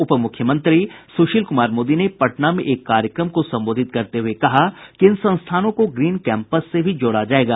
उपमुख्यमंत्री सुशील कुमार मोदी ने पटना में एक कार्यक्रम को संबोधित करते हुये कहा कि इन संस्थानों को ग्रीन कैम्पस से भी जोड़ा जायेगा